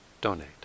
donate